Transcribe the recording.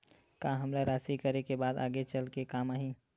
का हमला राशि करे के बाद आगे चल के काम आही?